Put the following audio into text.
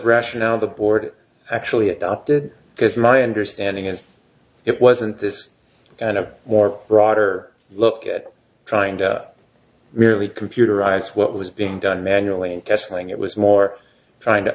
rationale the board actually adopted because my understanding is it wasn't this kind of more broader look at trying to really computerized what was being done manually wrestling it was more trying to